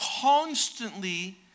constantly